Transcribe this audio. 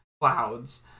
clouds